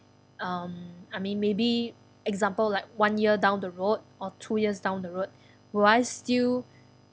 um I mean maybe example like one year down the road or two years down the road will I still